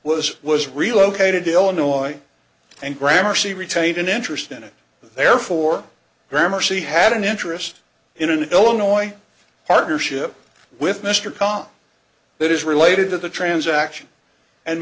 this was relocated to illinois and grammar she retained an interest in it therefore grammar she had an interest in an illinois partnership with mr khan that is related to the transaction and